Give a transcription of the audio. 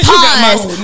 Pause